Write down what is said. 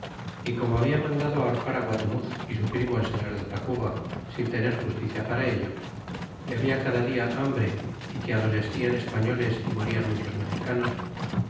é como habia mandado ahorcar á guatemuz é su primo el señor de tacuba sin tener justicia para ello é habla cada dia hambre é que adolescian españoles é morian muchos mexicanos